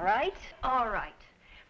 all right all right